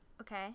Okay